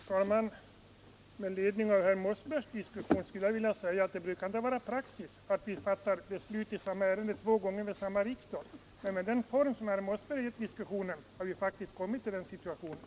Herr talman! Med anledning av herr Mossbergs anförande skulle jag vilja påpeka att det inte är praxis att fatta beslut i samma ärende två gånger vid samma riksmöte. Genom den utformning som herr Mossberg har gett diskussionen har vi nu faktiskt kommit i den situationen.